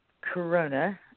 Corona